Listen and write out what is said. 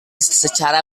secara